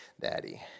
daddy